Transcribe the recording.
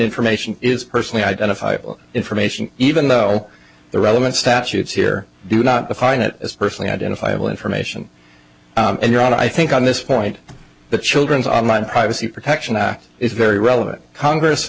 information is personally identifiable information even though the relevant statutes here do not define it as personally identifiable information in your own i think on this point the children's online privacy protection act is very relevant congress